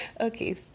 Okay